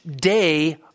day